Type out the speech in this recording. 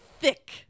thick